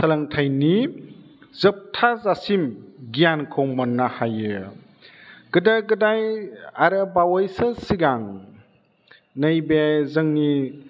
सोलोंथाइनि जोबथा जासिम गियानखौ मोननो हायो गोदो गोदाय आरो बावैसो सिगां नैबे जोंनि